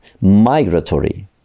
Migratory